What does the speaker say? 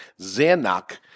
Zanuck